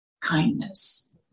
kindness